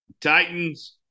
Titans